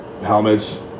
helmets